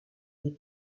des